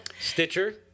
Stitcher